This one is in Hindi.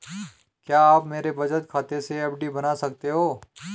क्या आप मेरे बचत खाते से एफ.डी बना सकते हो?